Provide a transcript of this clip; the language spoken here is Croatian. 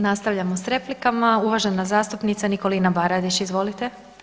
Nastavljamo s replikama, uvažena zastupnica Nikolina Baradić, izvolite.